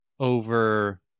over